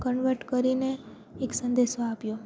convert કરીને એક સંદેશો આપ્યો